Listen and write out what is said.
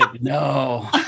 No